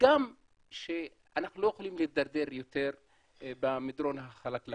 וגם שאנחנו לא יכולים להידרדר יותר במדרון החלקלק הזה.